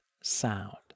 sound